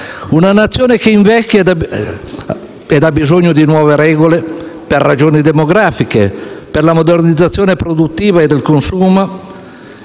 una Nazione che invecchia e che ha bisogno di nuove regole per ragioni demografiche, per la modernizzazione produttiva e del consumo